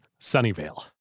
Sunnyvale